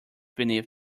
beneath